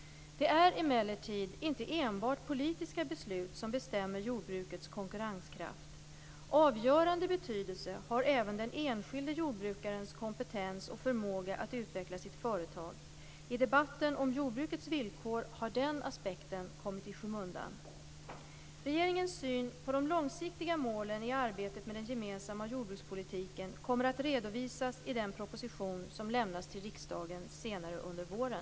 Det är emellertid inte enbart politiska beslut som bestämmer jordbrukets konkurrenskraft. Avgörande betydelse har även den enskilde jordbrukarens kompetens och förmåga att utveckla sitt företag. I debatten om jordbrukets villkor har den aspekten kommit i skymundan. Regeringens syn på de långsiktiga målen i arbetet med den gemensamma jordbrukspolitiken kommer att redovisas i den proposition som lämnas till riksdagen senare under våren.